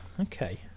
okay